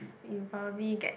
you probably get